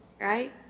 right